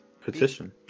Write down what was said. Petition